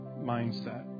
mindset